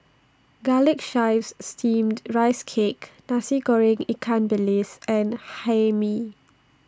Garlic Chives Steamed Rice Cake Nasi Goreng Ikan Bilis and Hae Mee